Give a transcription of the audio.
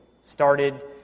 started